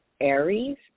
Aries